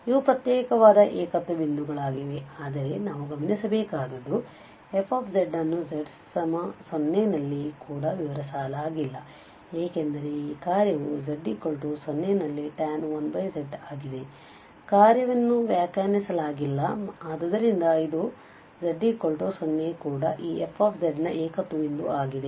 ಆದ್ದರಿಂದ ಇವು ಪ್ರತ್ಯೇಕವಾದ ಏಕತ್ವ ಬಿಂದುಗಳಾಗಿವೆ ಆದರೆ ನಾವು ಗಮನಿಸಬೇಕಾದದ್ದು f ಅನ್ನು z 0 ನಲ್ಲಿ ಕೂಡ ವಿವರಿಸಲಾಗಿಲ್ಲ ಏಕೆಂದರೆ ಈ ಕಾರ್ಯವು z 0 ನಲ್ಲಿ tan 1z ಆಗಿದೆ ಕಾರ್ಯವನ್ನು ವ್ಯಾಖ್ಯಾನಿಸಲಾಗಿಲ್ಲ ಮತ್ತು ಆದ್ದರಿಂದ ಇದು z 0 ಕೂಡ ಈ f ನ ಏಕತ್ವ ಬಿಂದು ಆಗಿದೆ